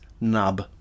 nub